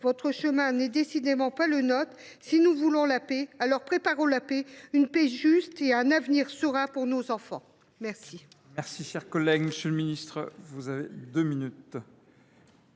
Votre chemin n’est décidément pas le nôtre. Si nous voulons la paix, alors préparons la paix, une paix juste et un avenir serein pour nos enfants !